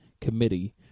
committee